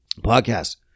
podcast